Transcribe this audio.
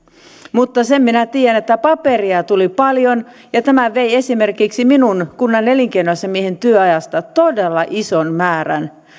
mutta sen minä tiedän että paperia tuli paljon ja tämä vei esimerkiksi minun kunnan elinkeinoasiamiehen työajasta todella ison määrän